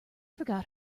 forgot